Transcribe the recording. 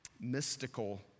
mystical